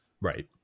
Right